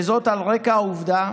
וזאת על רקע העובדה